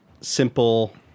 simple